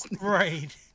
Right